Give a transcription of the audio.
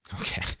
Okay